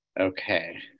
Okay